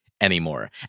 Anymore